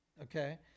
okay